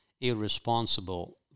irresponsible